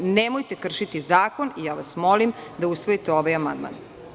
Nemojte kršiti zakon i ja vas molim da usvojite ovaj amandman.